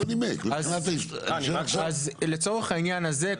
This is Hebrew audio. אז לצורך העניין הזה,